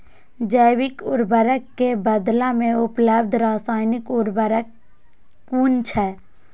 जैविक उर्वरक के बदला में उपलब्ध रासायानिक उर्वरक कुन छै?